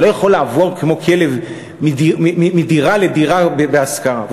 אתה לא יכול לעבור כמו כלב מדירה לדירה בהשכרה.